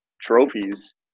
trophies